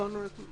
הלאה.